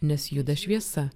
nes juda šviesa